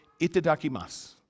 itadakimasu